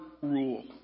rule